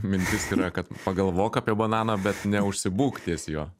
mintis yra kad pagalvok apie bananą bet neužsibūk ties juo